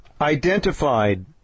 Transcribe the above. identified